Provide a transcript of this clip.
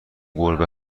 گربه